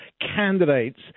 candidates